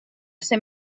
ser